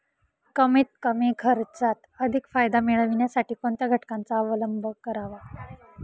कमीत कमी खर्चात अधिक फायदा मिळविण्यासाठी कोणत्या घटकांचा अवलंब करावा?